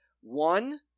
One